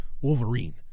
Wolverine